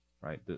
right